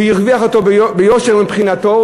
הוא הרוויח אותו ביושר מבחינתו,